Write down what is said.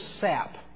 sap